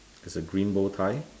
there's a green bowtie